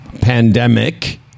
pandemic